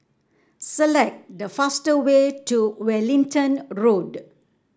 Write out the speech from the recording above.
select the fast way to Wellington Road